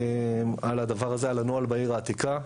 על הדבר הזה, על הנוהל בעיר העתיקה.